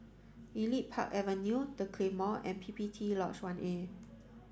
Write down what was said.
Elite Park Avenue The Claymore and P P T Lodge One A